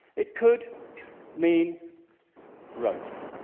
it could mean growth.